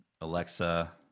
Alexa